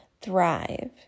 thrive